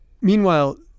Meanwhile